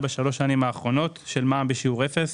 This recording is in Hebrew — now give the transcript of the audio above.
בשלוש השנים האחרונות של מע"מ בשיעור אפס